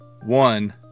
One